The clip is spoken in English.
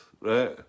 right